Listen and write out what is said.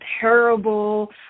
terrible